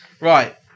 Right